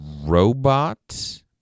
robot